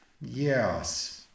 Yes